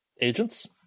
Agents